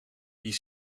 die